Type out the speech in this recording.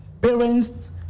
Parents